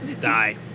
Die